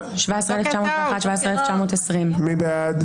17,541 עד 17,560. מי בעד?